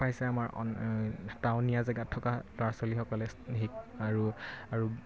পাইছে আমাৰ টাউনীয়া জেগাত থকা ল'ৰা ছোৱালীসকলে শিক আৰু আৰু